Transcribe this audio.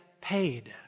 paid